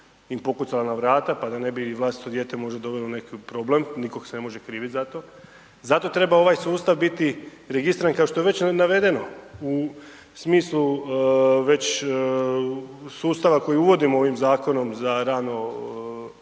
im pokucala na vrata, pa da ne bi i vlastito dijete možda dovelo u nekakav problem, nikog se ne može kriviti za to. Zato treba ovaj sustav biti registriran, kao što je već navedeno u smislu već sustava koji uvodimo ovim zakonom za rano